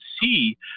see